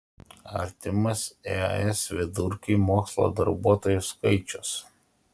artimas es vidurkiui mokslo darbuotojų skaičius